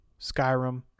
Skyrim